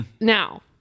Now